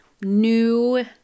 new